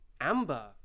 Amber